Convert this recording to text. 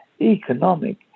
economic